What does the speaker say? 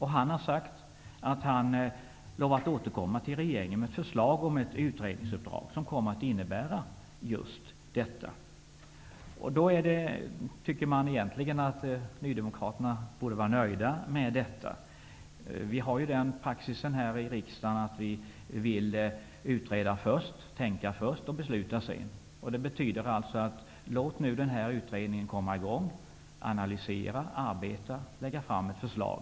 Han har lovat återkomma till regeringen med ett utredningsförslag med denna innebörd. Man tycker då att Ny demokrati borde vara nöjd med det. Vi har den praxisen här i riksdagen att först utreda och tänka, sedan fatta beslut. Det betyder att vi bör låta utredningen komma i gång, analysera, arbeta och lägga fram ett förslag.